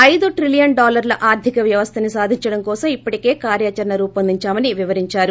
ఐదు ట్రిలియన్ డాలర్ల ఆర్దిక వ్యవస్థని సాధించడం కోసం ఇప్పటికే కార్యాచరణ రూపొందిందామని వివరిందారు